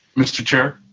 mr. chair,